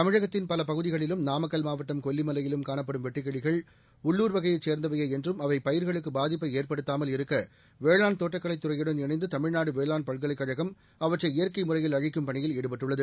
தமிழகத்தின் பல பகுதிகளிலும் நாமக்கல் மாவட்டம் கொல்லிமலையிலும் காணப்படும் வெட்டுக்கிளிகள் உள்ளூர் வகையைச் சேர்ந்தவையே என்றும் அவை பயிர்களுக்கு பாதிப்பை ஏற்படுத்தாமல் இருக்க வேளாண் தோட்டக்கலைத் துறையுடன் இணைந்து தமிழ்நாடு வேளாண் பல்கலைக் கழகம் அவற்றை இயற்கை முறையில் அழிக்கும் பணியில் ஈடுபட்டுள்ளது